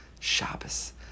Shabbos